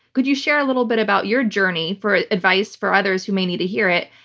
could you share a little bit about your journey for advice for others who may need to hear it?